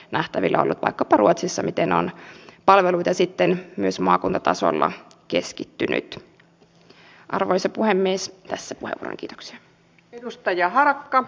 nähtävillä on vaikkapa ruotsissa missä on myös markkinoita ja esimerkiksi pohjois karjalalla todellisia markkinoita joukkoliikenteessä ei ole